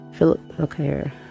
Okay